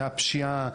מהפשיעה,